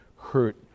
hurt